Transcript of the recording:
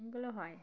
এগুলো হয়